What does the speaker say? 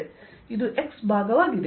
ಆದ್ದರಿಂದ ಇದು x ಭಾಗವಾಗಿದೆ